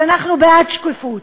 אז אנחנו בעד שקיפות,